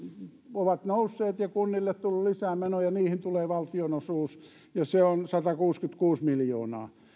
ovat nousseet ja kunnille tullut lisää menoja ja niihin tulee valtionosuus joka on satakuusikymmentäkuusi miljoonaa